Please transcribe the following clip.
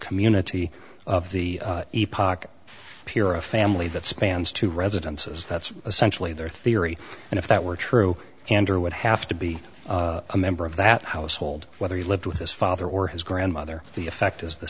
community of the pira family that spans two residences that's essentially their theory and if that were true and are would have to be a member of that household whether he lived with his father or his grandmother the effect is the